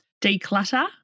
declutter